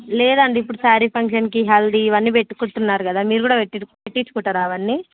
లేదండి ఇప్పుడు శారీ ఫంక్షన్కి హాల్దిల్దీ ఇవన్నీ పెట్టుకుంటున్నారు కదా మీరు కూడా పెట్టిండ్రు పెట్టించుకుంటారా అవన్నీ